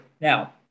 Now